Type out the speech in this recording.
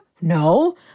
No